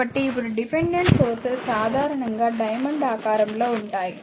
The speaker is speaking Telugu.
కాబట్టి ఇప్పుడు డిపెండెంట్ సోర్సెస్ సాధారణంగా డైమండ్ ఆకారం లో ఉంటాయి